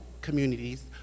communities